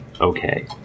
Okay